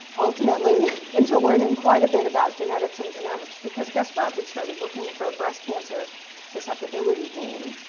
ultimately, into learning quite a bit about genetics and genomics because guess what? we started looking for a breast cancer susceptibility gene,